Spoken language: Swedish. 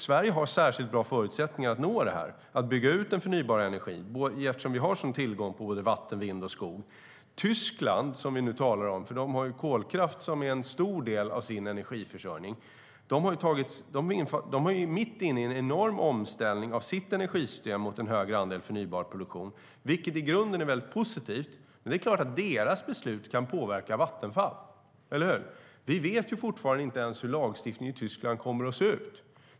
Sverige har särskilt bra förutsättningar att nå detta och bygga ut den förnybara energin eftersom vi har en sådan tillgång på vatten, vind och skog. Tyskland har kolkraft som en stor del av sin energiförsörjning och är mitt inne i en enorm omställning av sitt energisystem mot en högre andel förnybar produktion, vilket i grunden är mycket positivt. Men det är klart att Tysklands beslut kan påverka Vattenfall, eller hur? Vi vet ju fortfarande inte hur lagstiftningen i Tyskland kommer att se ut.